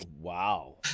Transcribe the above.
Wow